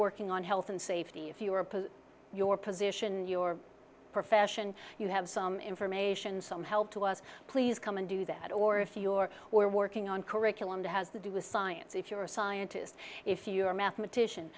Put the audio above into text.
working on health and safety if you or your position in your profession you have some information some help to us please come and do that or if your or working on curriculum to has to do with science if you're a scientist if you're a mathematician